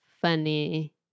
funny